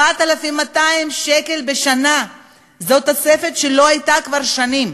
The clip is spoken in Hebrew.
7,200 שקל בשנה זו תוספת שלא הייתה כבר שנים,